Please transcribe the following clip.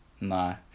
No